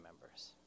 members